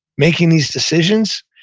making these decisions,